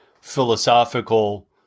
philosophical